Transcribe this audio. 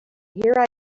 here